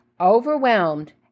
Overwhelmed